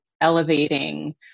elevating